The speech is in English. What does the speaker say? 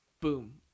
boom